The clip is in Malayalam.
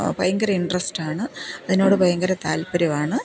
ഭയങ്കര ഇൻട്രസ്റ്റാണ് അതിനോട് ഭയങ്കര താല്പര്യമാണ്